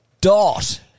dot